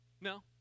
no